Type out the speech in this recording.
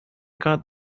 got